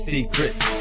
Secrets